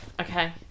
Okay